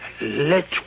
...let